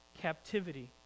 captivity